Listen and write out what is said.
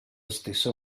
stesso